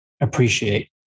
appreciate